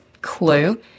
clue